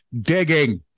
digging